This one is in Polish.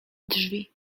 drzwi